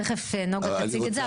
תכף נגה תציג את זה,